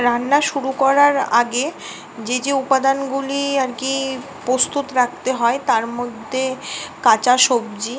রান্না শুরু করার আগে যে যে উপাদানগুলি আর কি প্রস্তুত রাখতে হয় তার মধ্যে কাঁচা সবজি